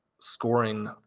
scoring